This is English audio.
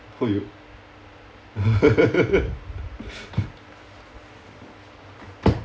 !haiyo!